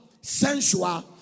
Sensual